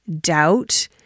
doubt